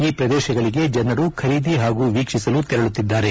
ಈ ಪ್ರದೇಶಗಳಿಗೆ ಜನರು ಖರೀದಿ ಹಾಗೂ ವೀಕ್ಷಿಸಲು ತೆರಳುತ್ತಿದ್ದಾರೆ